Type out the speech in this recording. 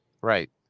Right